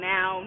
Now